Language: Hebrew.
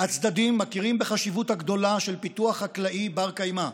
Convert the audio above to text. "הצדדים מכירים בחשיבות הגדולה של פיתוח חקלאי בר-קיימא,